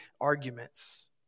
arguments